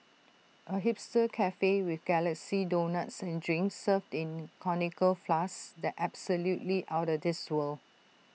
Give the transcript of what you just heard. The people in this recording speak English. A hipster Cafe with galaxy donuts and drinks served in conical flasks that's absolutely outta this world